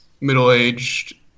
middle-aged